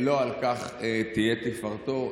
לא על כך תהיה תפארתו,